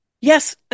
Yes